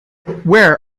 where